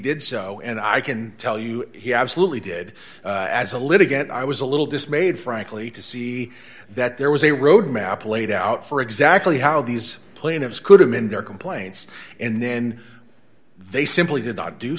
did so and i can tell you he absolutely did as a litigant i was a little dismayed frankly to see that there was a roadmap laid out for exactly how these plaintiffs could amend their complaints and then they simply did not do